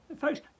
folks